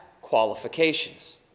qualifications